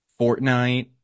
Fortnite